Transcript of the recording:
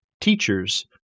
teachers